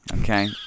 Okay